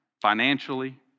Financially